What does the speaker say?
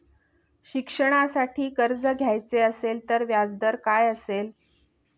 शिक्षणासाठी कर्ज घ्यायचे असेल तर व्याजदर काय असेल?